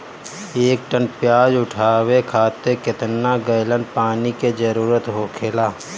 एक टन प्याज उठावे खातिर केतना गैलन पानी के जरूरत होखेला?